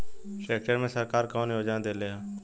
Tractor मे सरकार कवन योजना देले हैं?